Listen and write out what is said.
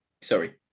Sorry